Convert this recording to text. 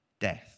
death